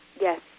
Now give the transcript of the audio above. Yes